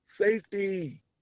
safety